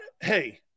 Hey